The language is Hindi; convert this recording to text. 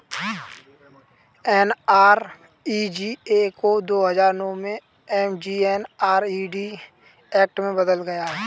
एन.आर.ई.जी.ए को दो हजार नौ में एम.जी.एन.आर.इ.जी एक्ट में बदला गया